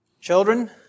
Children